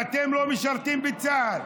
אתם לא משרתים בצה"ל.